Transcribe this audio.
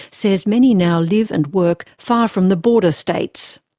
says many now live and work far from the border states.